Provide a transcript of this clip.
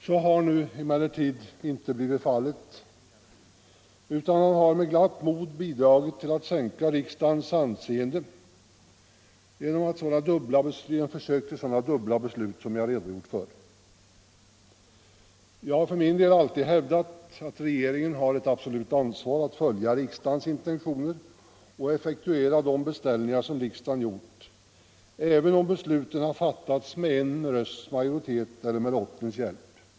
Så har nu emellertid inte alltid blivit fallet, utan man har med glatt mod bidragit till att sänka riksdagens anseende genom att försöka åstadkomma sådana dubbla beslut som jag redogjort för. Jag har för min del alltid hävdat att regeringen har ett absolut ansvar att följa riksdagens intentioner och effektuera de beställningar som riksdagen gjort, även om besluten har fattats med en rösts majoritet eller med lottens hjälp.